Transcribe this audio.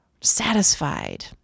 satisfied